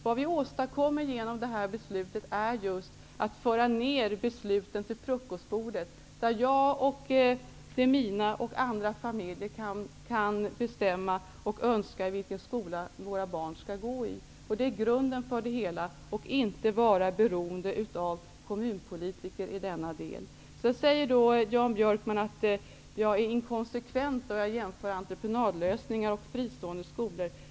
Vad vi åstadkommer genom detta beslut är att föra ned avgörandet till frukostbordet, där jag, de mina och andra familjer kan bestämma över vilken skola våra barn skall gå i. Det är grunden för det hela. Vi skall inte vara beroende av kommunpolitiker på den punkten. Jan Björkman säger att jag är inkonsekvent när jag jämför entreprenadlösningar och fristående skolor.